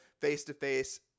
face-to-face